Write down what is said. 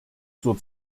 zur